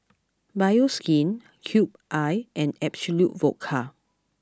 Bioskin Cube I and Absolut Vodka